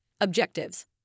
objectives